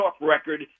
record